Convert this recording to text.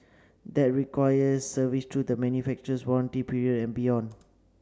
that requires service through the manufacturer's warranty period and beyond